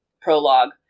prologue